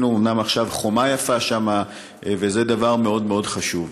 אומנם עשינו חומה יפה שם, וזה דבר מאוד מאוד חשוב,